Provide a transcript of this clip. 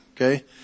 Okay